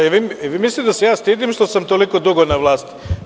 Jel vi mislite da se ja stidim što sam toliko dugo na vlasti?